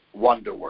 Wonderwork